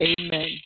amen